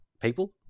people